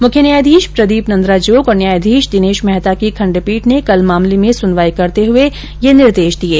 मुख्य न्यायाधीश प्रदीप नन्द्राजोग और न्यायाधीश दिनेश मेहता की खंडपीठ ने कल मामले में सुनवाई करते हुए यह निर्देश दिये